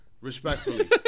Respectfully